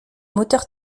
moteur